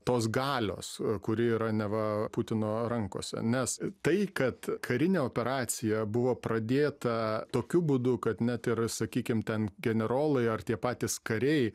tos galios kuri yra neva putino rankose nes tai kad karinė operacija buvo pradėta tokiu būdu kad net ir sakykim ten generolai ar tie patys kariai